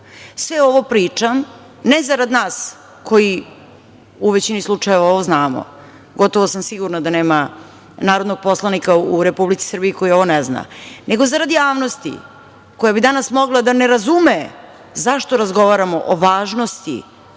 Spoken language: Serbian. ovo pričam, ne zarad nas koji u većini slučajeva ovo znamo, gotovo sam sigurna da nema narodnog poslanika u Republici Srbiji koji ovo ne zna, nego zarad javnosti, koja bi danas mogla da ne razume zašto razgovaramo o važnosti